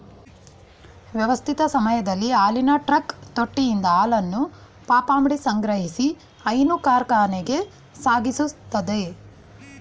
ವ್ಯವಸ್ಥಿತ ಸಮಯದಲ್ಲಿ ಹಾಲಿನ ಟ್ರಕ್ ತೊಟ್ಟಿಯಿಂದ ಹಾಲನ್ನು ಪಂಪ್ಮಾಡಿ ಸಂಗ್ರಹಿಸಿ ಹೈನು ಕಾರ್ಖಾನೆಗೆ ಸಾಗಿಸ್ತದೆ